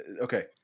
okay